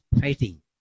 fighting